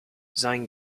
sein